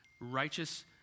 righteous